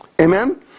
Amen